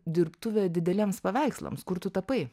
dirbtuvę dideliems paveikslams kur tu tapai